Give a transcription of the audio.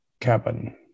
cabin